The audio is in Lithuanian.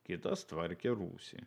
kitas tvarkė rūsį